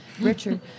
Richard